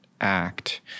act